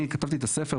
אני כתבתי את הספר,